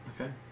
Okay